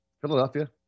Philadelphia –